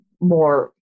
more